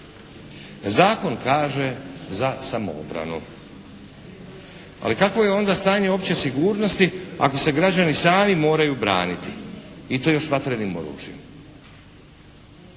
Zakon kaže za samoobranu. Ali kakvo je onda stanje opće sigurnosti ako se građani sami moraju braniti i to još vatrenim oružjem?